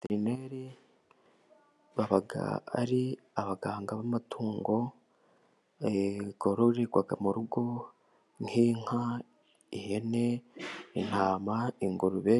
Abaveterineri baba ari abaganga b'amatungo yororerwa mu rugo nk'inka, ihene, intama, ingurube